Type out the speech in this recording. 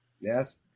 Yes